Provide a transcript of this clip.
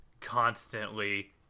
constantly